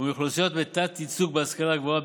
ומאוכלוסיות בתת-ייצוג בהשכלה הגבוהה,